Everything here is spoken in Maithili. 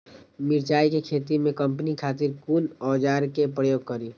मिरचाई के खेती में कमनी खातिर कुन औजार के प्रयोग करी?